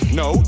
no